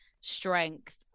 strength